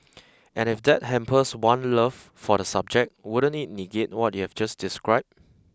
and if that hampers one love for the subject wouldn't it negate what you've just described